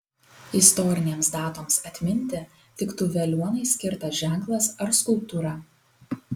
istorinėms datoms atminti tiktų veliuonai skirtas ženklas ar skulptūra